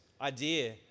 idea